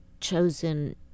chosen